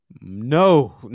no